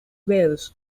wales